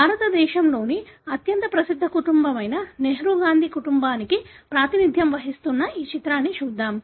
భారతదేశంలోని అత్యంత ప్రసిద్ధ కుటుంబమైన నెహ్రూ గాంధీ కుటుంబానికి ప్రాతినిధ్యం వహిస్తున్న ఈ చిత్రాన్ని చూద్దాం